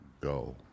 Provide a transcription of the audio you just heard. go